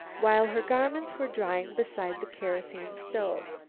while her garments were drying beside the kerosene stove.